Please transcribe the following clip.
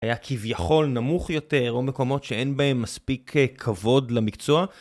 היה כביכול נמוך יותר או מקומות שאין בהם מספיק כבוד למקצוע